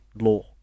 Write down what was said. law